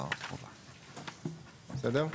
בסדר.